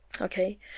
okay